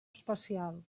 espacial